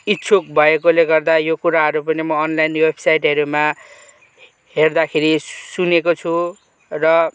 इच्छुक भएकोले गर्दा यो कुराहरू पनि म अनलाइन वेबसाइटहरूमा हेर्दाखेरि सुनेको छु र